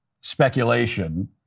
speculation